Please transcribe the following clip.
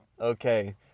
Okay